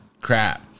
crap